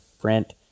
print